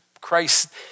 Christ